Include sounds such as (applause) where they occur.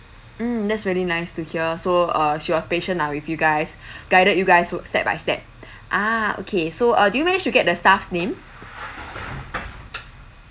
mm that's really nice to hear so uh she was patient lah with you guys (breath) guided you guys with step by step (breath) ah okay so uh do you managed to get the staff's name